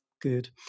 good